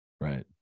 Right